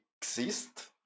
exist